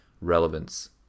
relevance